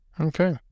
okay